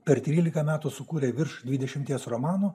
per trylika metų sukūrė virš dvidešimties romanų